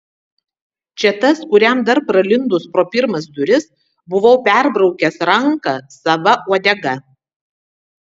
čia tas kuriam dar pralindus pro pirmas duris buvau perbraukęs ranką sava uodega